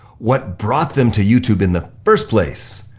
what brought them to youtube in the first place?